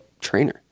trainer